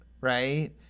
right